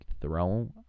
throw